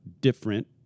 different